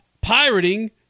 pirating